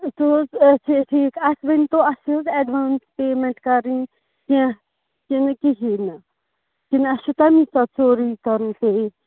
تہٕ حظ اچھا ٹھیٖک اَسہِ ؤنۍ تَو اَسہِ چھِ حظ ایٚڈوانٕس پیمیٚنٹ کَرٕنۍ کیٚنٛہہ کِنہٕ کِہیٖنۍ نہ کِنہٕ اَسہِ چھُ تمے ساتہٕ سورٕے کَرُن پے